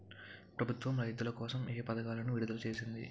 ప్రభుత్వం రైతుల కోసం ఏ పథకాలను విడుదల చేసింది?